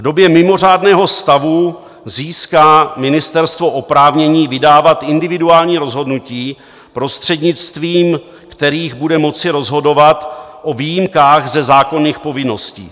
V době mimořádného stavu získá ministerstvo oprávnění vydávat individuální rozhodnutí, prostřednictvím kterých bude moci rozhodovat o výjimkách ze zákonných povinností.